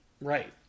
Right